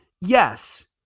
yes